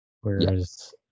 Whereas